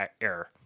error